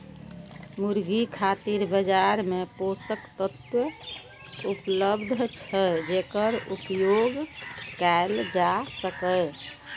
मुर्गी खातिर बाजार मे पोषक तत्व उपलब्ध छै, जेकर उपयोग कैल जा सकैए